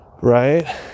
right